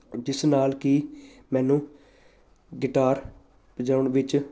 ਜਿਸ ਨਾਲ ਕਿ ਮੈਨੂੰ ਗਿਟਾਰ ਵਜਾਉਣ ਵਿੱਚ